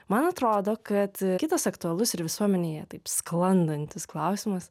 man atrodo kad kitas aktualus ir visuomenėje taip sklandantis klausimas